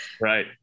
right